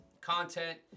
content